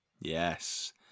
Yes